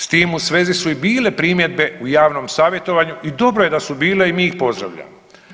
S tim u svezi su i bile primjedbe u javnom savjetovanju i dobro je da su bile i mi ih pozdravljamo.